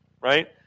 right